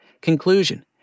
Conclusion